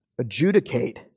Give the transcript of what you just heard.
Adjudicate